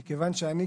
כיוון שאני,